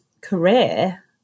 career